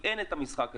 כי אין המשחק הזה.